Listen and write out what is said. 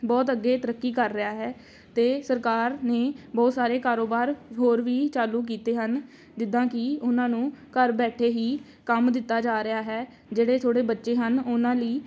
ਬਹੁਤ ਅੱਗੇ ਤਰੱਕੀ ਕਰ ਰਿਹਾ ਹੈ ਅਤੇ ਸਰਕਾਰ ਨੇ ਬਹੁਤ ਸਾਰੇ ਕਾਰੋਬਾਰ ਹੋਰ ਵੀ ਚਾਲੂ ਕੀਤੇ ਹਨ ਜਿੱਦਾਂ ਕਿ ਉਹਨਾਂ ਨੂੰ ਘਰ ਬੈਠੇ ਹੀ ਕੰਮ ਦਿੱਤਾ ਜਾ ਰਿਹਾ ਹੈ ਜਿਹੜੇ ਥੋੜ੍ਹੇ ਬੱਚੇ ਹਨ ਉਹਨਾਂ ਲਈ